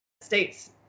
States